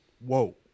Whoa